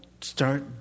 start